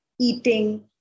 eating